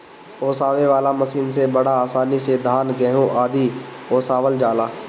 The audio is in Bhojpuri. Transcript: ओसावे वाला मशीन से बड़ा आसानी से धान, गेंहू आदि ओसावल जाला